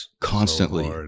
constantly